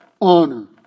honor